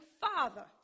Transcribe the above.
father